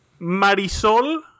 Marisol